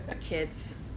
Kids